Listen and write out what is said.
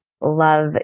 love